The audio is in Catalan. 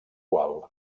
qual